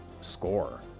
score